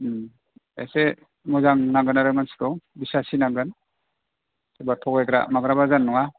उम एसे मोजां नांगोन आरो मानसिखौ बिसासि नांगोन सोरबा थगायग्रा माग्राबा जानाय नङा